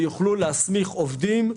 הן יוכלו להסמיך עובדים,